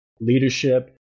Leadership